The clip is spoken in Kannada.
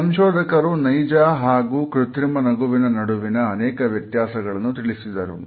ಈ ಸಂಶೋಧಕರು ನೈಜ ಹಾಗೂ ಕೃತ್ರಿಮ ನಗುವಿನ ನಡುವಿನ ಅನೇಕ ವ್ಯತ್ಯಾಸಗಳನ್ನು ತಿಳಿಸಿದರು